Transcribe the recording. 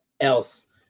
else